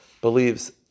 believes